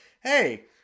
hey